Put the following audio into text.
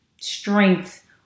strength